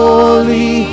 Holy